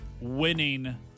Winning